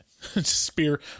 spear